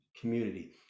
community